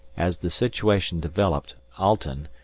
as the situation developed, alten,